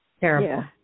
Terrible